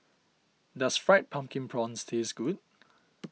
does Fried Pumpkin Prawns taste good